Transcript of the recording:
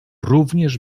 również